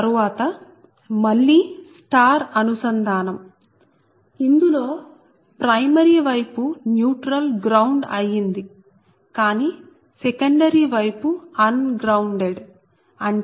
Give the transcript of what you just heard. తరువాత మళ్లీ స్టార్ అనుసంధానం ఇందులో ప్రైమరీ వైపు న్యూట్రల్ గ్రౌండ్ అయ్యింది కానీ సెకండరీ వైపు అన్ గ్రౌండెడ్ అంటే అది ఐసోలేటెడ్